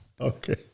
Okay